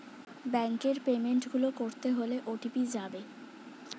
ব্যাংকের পেমেন্ট গুলো করতে হলে ও.টি.পি যাবে